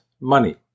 money